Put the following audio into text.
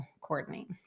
coordinate